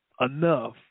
enough